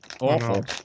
awful